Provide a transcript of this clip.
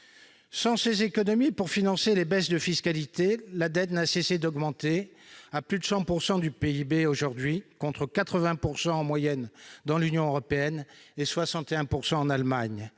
Sans ces économies pour financer les baisses de fiscalité, la dette n'a cessé d'augmenter. Elle est aujourd'hui à plus de 100 % du PIB, contre 80 % en moyenne dans l'Union européenne et 61 % en Allemagne.